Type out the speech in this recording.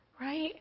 Right